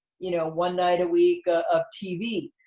you know, one night a week of tv?